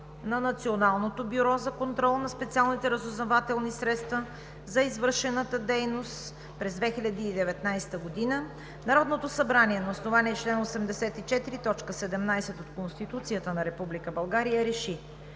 на Националното бюро за контрол на специалните разузнавателни средства за извършената дейност през 2019 г. Народното събрание на основание на чл. 84, т. 17 от Конституцията на Република